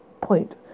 point